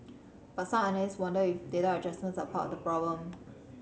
but some analysts wonder if data adjustments are part the problem